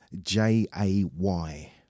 J-A-Y